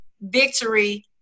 victory